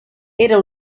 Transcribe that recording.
era